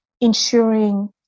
ensuring